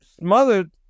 smothered